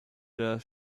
der